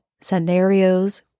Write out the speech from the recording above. scenarios